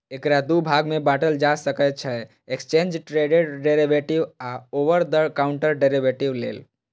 एकरा दू भाग मे बांटल जा सकै छै, एक्सचेंड ट्रेडेड डेरिवेटिव आ ओवर द काउंटर डेरेवेटिव लेल